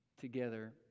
together